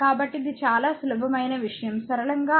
కాబట్టి ఇది చాలా సులభమైన విషయం సరళంగా అర్దమవుతుంది